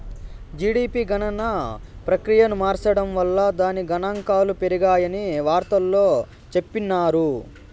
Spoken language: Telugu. జీడిపి గణన ప్రక్రియను మార్సడం వల్ల దాని గనాంకాలు పెరిగాయని వార్తల్లో చెప్పిన్నారు